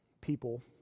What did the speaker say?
people